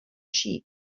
sheep